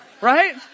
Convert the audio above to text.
right